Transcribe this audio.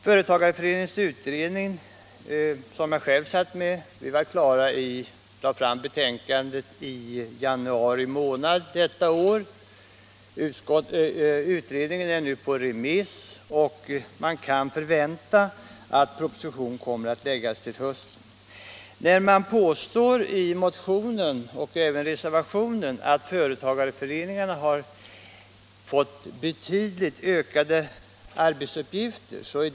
Företagareföreningsutredningen, som jag själv satt med i, lade fram sitt betänkande i januari i år. Utredningsbetänkandet är nu på remiss, och man kan förvänta att propositionen kommer att läggas till hösten. Det påstås i motionen och även i reservationen att företagareföreningarna har fått betydligt ökade arbetsuppgifter.